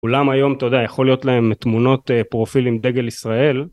כולם היום, אתה יודע, יכול להיות להם תמונות פרופיל עם דגל ישראל